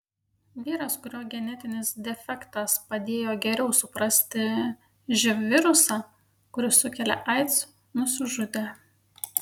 vyras kurio genetinis defektas padėjo geriau suprasti živ virusą kuris sukelia aids nusižudė